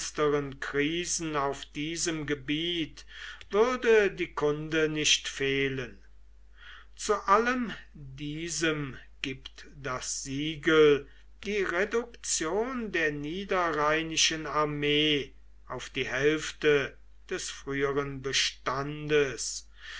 krisen auf diesem gebiet würde die kunde nicht fehlen zu allem diesem gibt das siegel die reduktion der niederrheinischen armee auf die hälfte des früheren bestandes